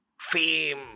Fame